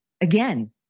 again